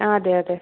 ആ ആതെ അതെ